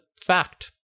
Fact